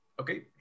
Okay